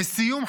לסיום,